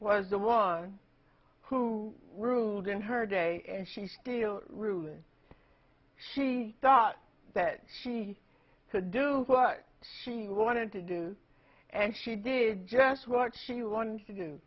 was the one who ruled in her day and she still ruin she thought that she could do what she wanted to do and she did just what she wants to do